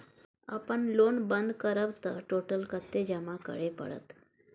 अपन लोन बंद करब त टोटल कत्ते जमा करे परत?